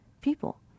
people